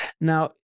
Now